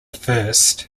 first